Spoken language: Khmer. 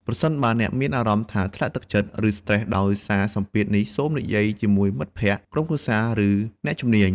ប្រសិនបើអ្នកមានអារម្មណ៍ថាធ្លាក់ទឹកចិត្ត ឬស្រ្តេសដោយសារសម្ពាធនេះ សូមនិយាយជាមួយមិត្តភក្តិ ក្រុមគ្រួសារ ឬអ្នកជំនាញ។